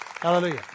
Hallelujah